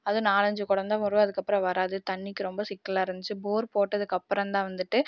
அதுவும் நாலஞ்சு குடம் தான் வரும் அதுக்கப்புறம் வராது தண்ணிக்கு ரொம்ப சிக்கலாக இருந்துச்சு போர் போட்டதுக்கு அப்புறம்தான் வந்துட்டு